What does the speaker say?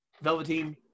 Velveteen